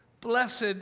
BLESSED